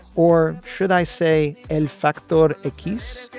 or should i say, in fact, thought a kiss